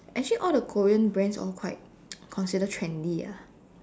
actually all the Korean brands all quite consider trendy ah